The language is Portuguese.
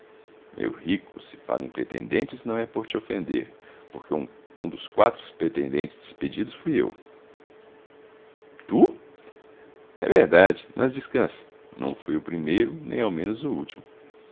meu rico se falo em pretendentes não é por te ofender porque um dos quatro pretendentes despedidos fui eu tu é verdade mas descansa não fui o primeiro nem ao menos o último